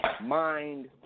Mind